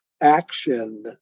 action